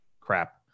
crap